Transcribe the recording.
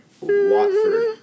Watford